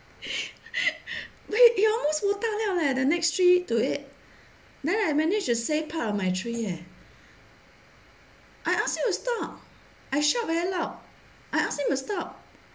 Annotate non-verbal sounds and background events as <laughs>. <laughs> it almost botak liao leh the next tree to it then I managed to save part of my trees eh I ask you to stop I shout very loud I asked him to stop